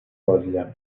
راضیم